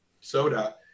soda